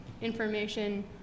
information